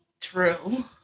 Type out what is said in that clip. True